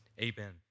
amen